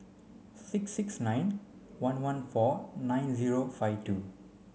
six six nine one one four nine zero five two